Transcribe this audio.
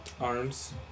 ARMS